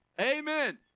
Amen